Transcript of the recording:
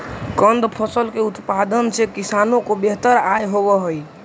कंद फसल के उत्पादन से किसानों को बेहतर आय होवअ हई